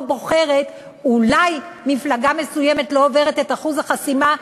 בוחרת אולי מפלגה מסוימת לא עוברת את אחוז החסימה,